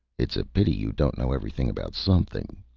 it's a pity you don't know everything about something,